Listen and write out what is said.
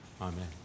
Amen